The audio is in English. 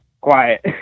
quiet